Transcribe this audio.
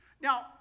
Now